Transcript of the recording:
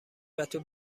پتو